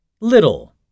Little